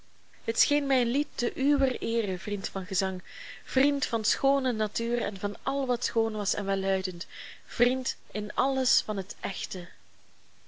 het scheen mij een lied te uwer eere vriend van gezang vriend van schoone natuur en van al wat schoon was en welluidend vriend in alles van het echte